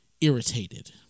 irritated